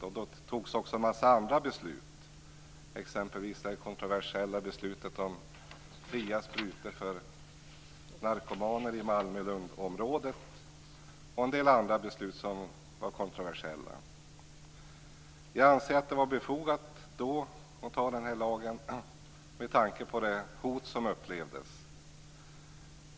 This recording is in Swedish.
Då fattades också en massa andra beslut, exempelvis det kontroversiella beslutet om fria sprutor för narkomaner i Malmö Lund-området. Jag anser att lagen var befogad då, med tanke på det hot som upplevdes.